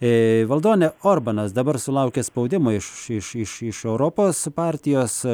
ir valdone orbanas dabar sulaukia spaudimo iš iš europos partijos